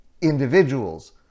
individuals